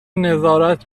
نظارت